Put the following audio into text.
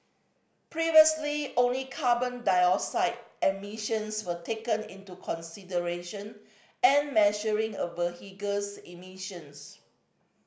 previously only carbon dioxide emissions were taken into consideration and measuring a vehicle's emissions